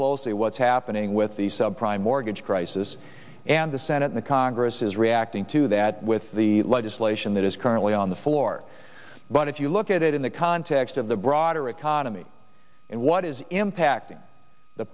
closely what's happening with the subprime mortgage crisis and the senate in the congress is reacting to that with the legislation that is currently on the floor but if you look at it in the context of the broader economy and what is impacting the